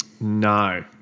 No